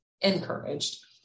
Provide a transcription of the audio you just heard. encouraged